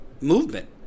movement